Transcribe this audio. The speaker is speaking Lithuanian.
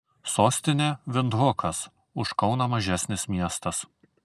sostinė vindhukas už kauną mažesnis miestas